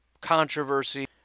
controversy